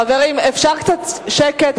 חברים, אפשר קצת שקט?